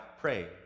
pray